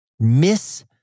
miss